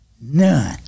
none